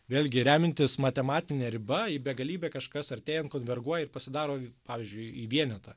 vėlgi remiantis matematine riba į begalybę kažkas artėjant konverguoja ir pasidaro pavyzdžiui į vienetą